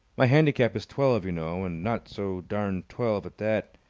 my handicap is twelve, you know, and not so darned twelve at that.